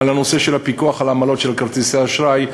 בנושא של הפיקוח על העמלות של כרטיסי האשראי,